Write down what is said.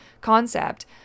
concept